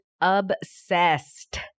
Obsessed